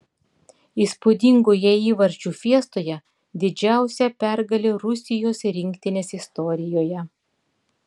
įspūdingoje įvarčių fiestoje didžiausia pergalė rusijos rinktinės istorijoje